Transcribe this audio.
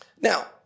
Now